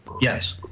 Yes